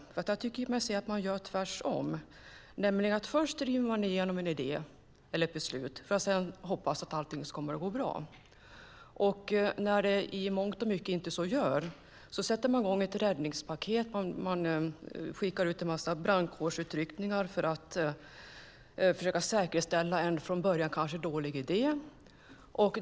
Jag tycker mig se att man gör tvärtom, nämligen att man först driver igenom en idé eller ett beslut för att sedan hoppas att allt ska gå bra. När i mångt och mycket så inte sker sätter man i gång ett räddningspaket, gör en mängd brandkårsutryckningar för att försöka säkerställa en från början kanske dålig idé.